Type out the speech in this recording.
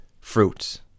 fruits